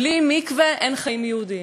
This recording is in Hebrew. בלי מקווה אין חיים יהודיים.